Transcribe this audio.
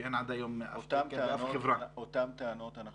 שאין עד היום אף חברה --- אותן טענות אנחנו